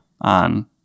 on